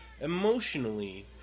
Emotionally